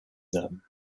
them